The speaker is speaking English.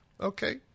Okay